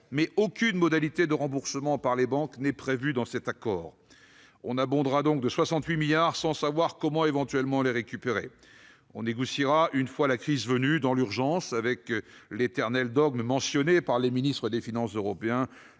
mais aucune modalité de remboursement par les banques n'est prévue dans cet accord. On abondera donc le CRU de 68 milliards d'euros sans savoir comment on les récupérera ; on négociera une fois la crise venue, dans l'urgence, avec l'éternel dogme mis en avant par les ministres européens